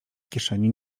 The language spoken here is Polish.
kieszeni